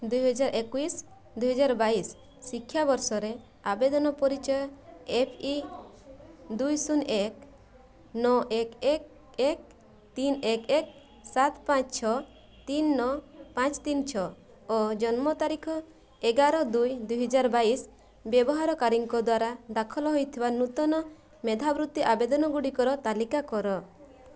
ଦୁଇହଜାର ଏକୋଇଶ ଦୁଇହଜାର ବାଇଶ ଶିକ୍ଷାବର୍ଷରେ ଆବେଦନ ପରିଚୟ ଏଫ ଇ ଦୁଇ ଶୂନ ଏକ୍ ନଅ ଏକ୍ ଏକ୍ ଏକ୍ ତିନି ଏକ୍ ଏକ୍ ସାତ ପାଞ୍ଚ ଛଅ ତିନି ନଅ ପାଞ୍ଚ ତିନି ଛଅ ଓ ଜନ୍ମ ତାରିଖ ଏଗାର ଦୁଇ ଦୁଇହଜାର ବାଇଶ ବ୍ୟବହାରକାରୀଙ୍କ ଦ୍ଵାରା ଦାଖଲ ହୋଇଥିବା ନୂତନ ମେଧାବୃତ୍ତି ଆବେଦନଗୁଡ଼ିକର ତାଲିକା କର